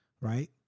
right